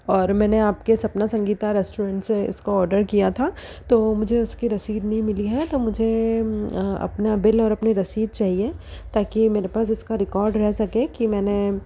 और मैंने आपके सपना संगीता रेस्टोरेंट से इसको आर्डर किया था तो मुझे उसकी रसीद नहीं मिली है तो मुझे अपना बिल और अपनी रसीद चाहिए ताकि मेरे पास इसका रिकॉर्ड रह सके कि मैंने